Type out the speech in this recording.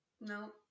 No